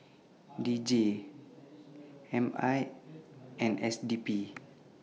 D J M I and S D P